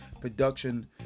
production